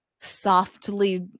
softly